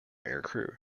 aircrew